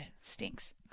stinks